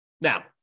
Now